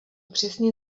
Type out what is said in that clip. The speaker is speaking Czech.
přesně